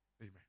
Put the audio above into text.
Amen